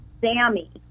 Sammy